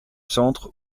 centre